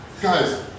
Guys